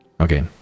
Okay